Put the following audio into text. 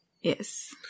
Yes